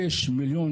מיליון,